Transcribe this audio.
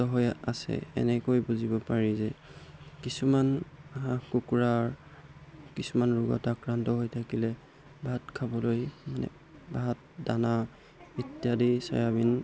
হৈ আছে এনেকৈ বুজিব পাৰি যে কিছুমান কুকুৰাৰ কিছুমান ৰোগত আক্ৰান্ত হৈ থাকিলে ভাত খাবলৈ মানে ভাত দানা ইত্যাদি চয়াবিন